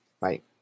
Right